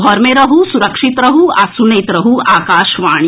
घर मे रहू सुरक्षित रहू आ सुनैत रहू आकाशवाणी